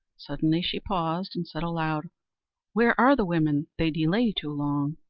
suddenly she paused, and said aloud where are the women? they delay too long.